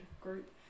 group